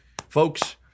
Folks